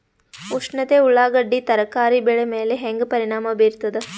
ಉಷ್ಣತೆ ಉಳ್ಳಾಗಡ್ಡಿ ತರಕಾರಿ ಬೆಳೆ ಮೇಲೆ ಹೇಂಗ ಪರಿಣಾಮ ಬೀರತದ?